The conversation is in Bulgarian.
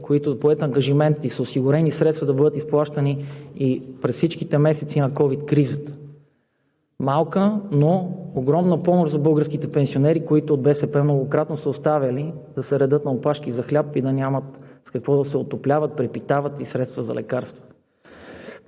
които е поет ангажимент и са осигурени средства да бъдат изплащани през всичките месеци на ковид кризата. Малка, но огромна помощ за българските пенсионери, които от БСП многократно са оставяни да се редят на опашки за хляб и да нямат с какво да се отопляват, препитават и средства за лекарства.